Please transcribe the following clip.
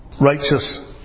Righteous